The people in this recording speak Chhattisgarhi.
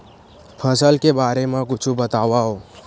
फसल के बारे मा कुछु बतावव